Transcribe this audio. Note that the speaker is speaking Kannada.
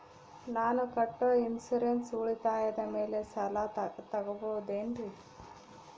ನಾನು ಕಟ್ಟೊ ಇನ್ಸೂರೆನ್ಸ್ ಉಳಿತಾಯದ ಮೇಲೆ ಸಾಲ ತಗೋಬಹುದೇನ್ರಿ?